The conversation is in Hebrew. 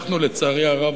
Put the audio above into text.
אנחנו לצערי הרב,